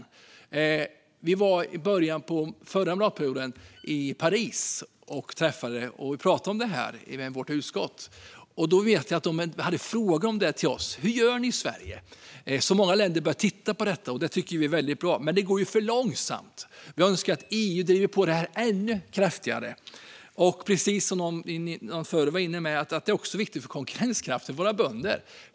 Vi i utskottet var i början av den förra mandatperioden i Paris och pratade om det här. Då vet jag att de hade frågor till oss. Hur gör ni i Sverige? Många länder börjar alltså titta på detta, och det tycker vi är väldigt bra. Men det går för långsamt. Vi önskar att EU driver på detta ännu kraftigare. Precis som en tidigare talare sa är detta också viktigt för konkurrenskraften för våra bönder.